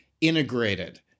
integrated